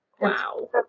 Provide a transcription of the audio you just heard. Wow